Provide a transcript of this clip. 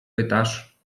pytasz